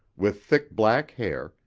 with thick black hair,